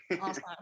Awesome